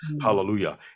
hallelujah